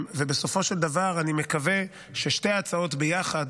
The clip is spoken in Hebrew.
בסופו של דבר אני מקווה ששתי ההצעות ביחד,